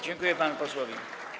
Dziękuję panu posłowi.